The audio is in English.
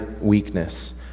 weakness